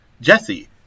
Jesse